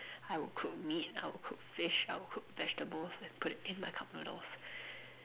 I would cook meat I would cook fish I would cook vegetables and put it in my cup noodle